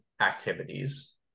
activities